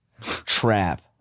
Trap